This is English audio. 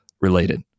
related